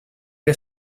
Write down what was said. che